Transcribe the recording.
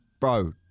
Bro